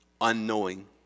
unknowing